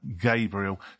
Gabriel